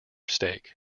stake